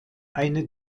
eine